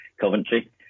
Coventry